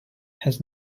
has